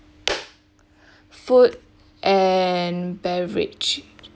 food and beverage